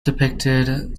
depicted